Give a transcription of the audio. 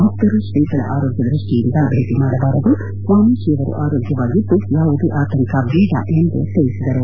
ಭಕ್ತರು ಶ್ರೀಗಳ ಆರೋಗ್ಯ ದೃಷ್ಠಿಯಿಂದ ಭೇಟಿ ಮಾಡಬಾರದು ಸ್ವಾಮೀಜಿಯವರು ಆರೋಗ್ಯವಾಗಿದ್ದುಯಾವುದೇ ಆತಂಕಬೇಡ ಎಂದು ತಿಳಿಸಿದರು